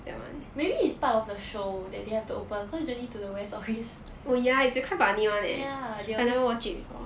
maybe is part of the show that they have to open cause journey to the west always ya they will need to